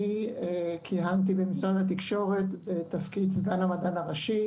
כיהנתי במשרד התקשורת בתפקיד סגן המדען הראשי,